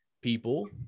people